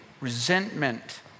resentment